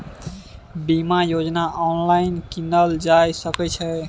बीमा योजना ऑनलाइन कीनल जा सकै छै?